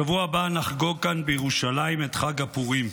בשבוע הבא נחגוג כאן בירושלים את חג הפורים.